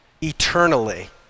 eternally